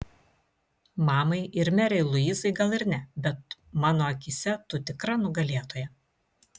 mamai ir merei luizai gal ir ne bet mano akyse tu tikra nugalėtoja